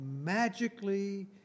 magically